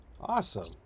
awesome